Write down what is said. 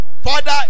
Father